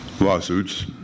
lawsuits